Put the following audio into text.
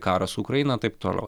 karą su ukraina taip toliau